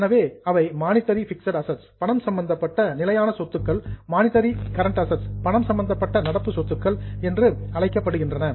எனவே அவை monetary fixed assets பணம் சம்பந்தப்பட்ட நிலையான சொத்துக்கள் மானிட்டரி கரண்ட் அசட்ஸ் பணம் சம்பந்தப்பட்ட நடப்பு சொத்துக்கள் என்று அழைக்கப்படுகின்றன